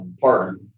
partner